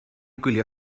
gwylio